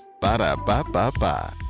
Ba-da-ba-ba-ba